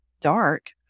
dark